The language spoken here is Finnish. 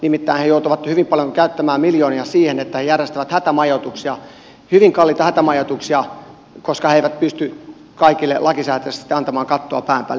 nimittäin ne joutuvat hyvin paljon käyttämään miljoonia siihen että ne järjestävät hyvin kalliita hätämajoituksia koska ne eivät pysty kaikille lakisääteisesti antamaan kattoa pään päälle